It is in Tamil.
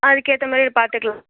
அதுக்கேத்தமாதிரி பார்த்துக்கலாம்